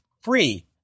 free